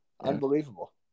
Unbelievable